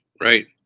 Right